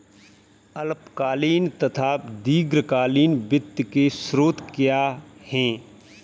अल्पकालीन तथा दीर्घकालीन वित्त के स्रोत क्या हैं?